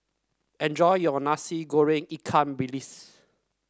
enjoy your Nasi Goreng Ikan Bilis